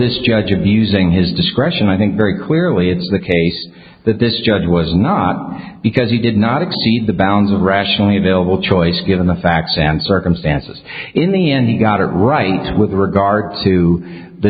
this judge of using his discretion i think very clearly it's the case that this judge was not because he did not exceed the bounds of rationally available choice given the facts and circumstances in the end he got it right with regard to the